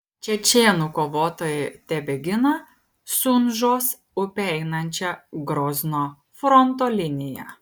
čečėnų kovotojai tebegina sunžos upe einančią grozno fronto liniją